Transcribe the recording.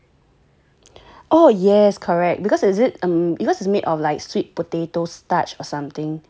oh yes correct because is it um because is made of light sweet potato starch or something